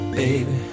baby